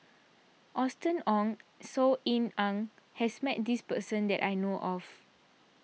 Austen Ong Saw Ean Ang has met this person that I know of